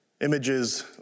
Images